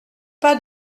pas